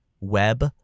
web